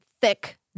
thick